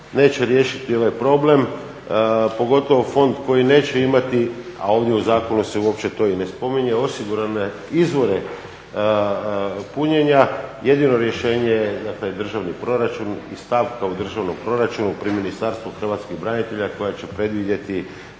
neće riješiti ovaj problem pogotovo fond koji neće imati a ovdje u zakonu se uopće to ne spominje osigurane izvore punjenja, jedino rješenje je dakle državni proračun i stavka u državnom proračunu pri Ministarstvu hrvatskih branitelja koja će predvidjeti